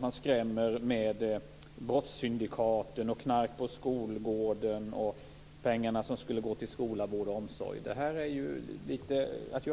Hon skrämmer genom att tala om brottssyndikaten, knarket på skolgårdarna och pengarna som skulle gå till skola, vård och omsorg. Att